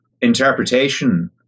interpretation